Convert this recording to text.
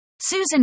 Susan